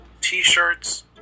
t-shirts